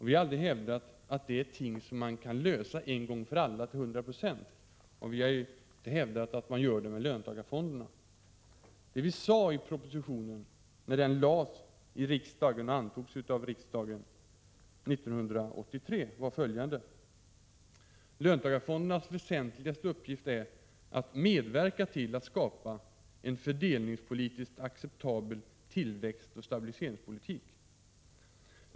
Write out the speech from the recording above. Vi har aldrig hävdat att det är ting som man kan lösa en gång för alla till 100 92, och vi har inte heller hävdat att man löser dem med löntagarfonderna. Det vi sade i propositionen när den antogs av riksdagen 1983 var följande: ”I detta sammanhang är det löntagarfondernas väsentligaste uppgift att medverka till att skapa en fördelningspolitiskt acceptabel tillväxtoch stabiliseringspolitik.